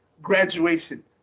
Graduation